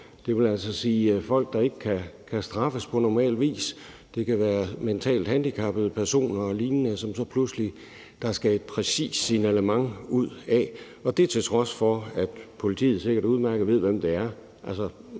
Det vil altså sige folk, der ikke kan straffes på normal vis. Det kan være mentalt handicappede personer og lignende, som der så pludselig skal sendes et præcist signalement ud af, til trods for at politiet sikkert udmærket ved, hvem det er.